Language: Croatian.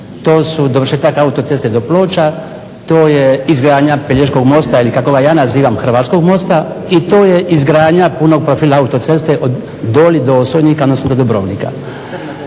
to su dovršetak autoceste do Ploča, to je izgradnja Pelješkog mosta ili kako ga ja nazivam Hrvatskog mosta i to je izgradnja punog profila autoceste od Doli do Osojnika, odnosno do Dubrovnika.